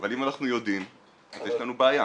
אבל אם אנחנו יודעים אז יש לנו בעיה.